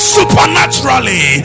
Supernaturally